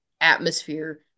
atmosphere